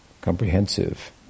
comprehensive